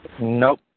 Nope